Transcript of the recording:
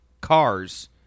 cars